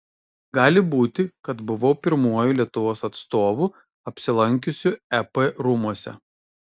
gali būti kad buvau pirmuoju lietuvos atstovu apsilankiusiu ep rūmuose